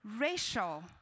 Racial